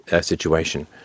situation